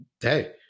hey